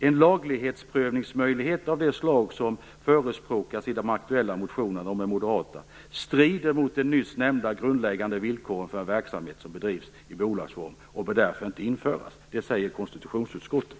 En laglighetsprövningsmöjlighet av det slag som förespråkas i de aktuella motionerna - som är moderata - strider mot de nyss nämnda, grundläggande villkoren för en verksamhet som bedrivs i bolagsform och bör därför inte införas. Det skriver konstitutionsutskottet.